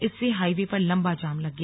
इससे हाईवे पर लंबा जाम लग गया